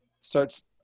starts